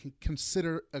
consider